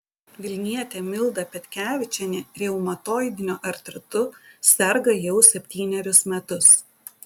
vilnietė milda petkevičienė reumatoidiniu artritu serga jau septynerius metus